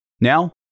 Now